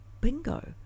bingo